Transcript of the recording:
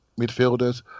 midfielders